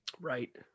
Right